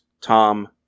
Tom